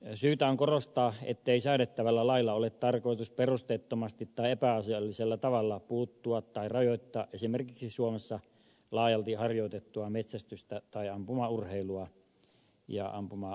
syytä on korostaa ettei säädettävällä lailla ole tarkoitus perusteettomasti tai epäasiallisella tavalla rajoittaa esimerkiksi suomessa laajalti harjoitettua metsästystä tai ampumaurheilua ja ampumaharrastusta tai puuttua niihin